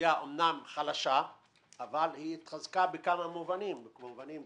האוכלוסייה אמנם חלשה אבל היא התחזקה בכמה מובנים ואנחנו רואים